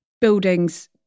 buildings